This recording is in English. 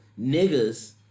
niggas